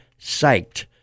psyched